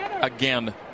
again